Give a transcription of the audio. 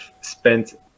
spent